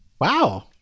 Wow